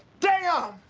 damn.